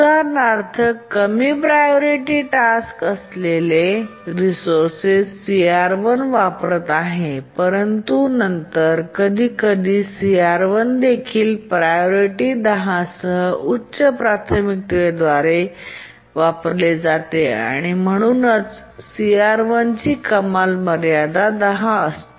उदाहरणार्थ कमी प्रायोरिटी कार्य रिसोर्स CR1 वापरत आहे परंतु नंतर कधीकधी CR 1 देखील प्रायोरिटी 10 सह उच्च प्राथमिकतेद्वारे वापरले जाते आणि म्हणूनच CR1 ची कमाल मर्यादा 10 असते